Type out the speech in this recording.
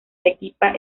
arequipa